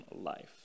life